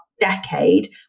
decade